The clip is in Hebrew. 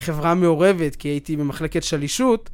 חברה מעורבת, כי הייתי במחלקת שלישות.